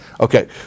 Okay